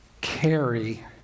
carry